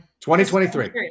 2023